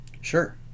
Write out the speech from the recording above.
Sure